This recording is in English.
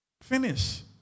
Finish